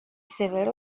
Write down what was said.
severo